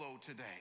today